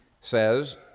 says